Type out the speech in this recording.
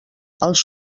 els